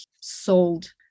sold